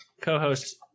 co-host